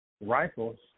rifles